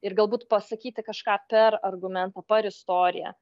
ir galbūt pasakyti kažką per argumentą par istoriją